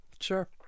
Sure